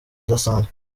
idasanzwe